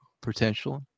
potential